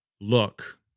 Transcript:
look